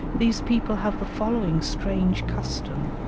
these people have the following strange custom